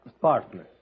Partner